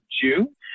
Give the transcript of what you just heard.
June